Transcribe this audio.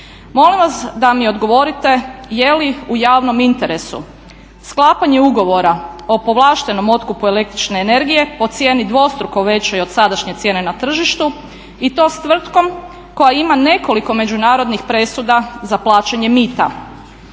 Molim vas da mi odgovorite je li u javnom interesu sklapanje ugovora o povlaštenom otkupu električne energije po cijeni dvostruko većoj od sadašnje cijene na tržištu i to s tvrtkom koja ima nekoliko međunarodnih presuda za plaćanje mita?